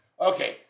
Okay